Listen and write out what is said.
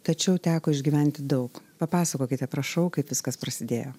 tačiau teko išgyventi daug papasakokite prašau kaip viskas prasidėjo